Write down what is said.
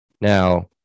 Now